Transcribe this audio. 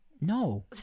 No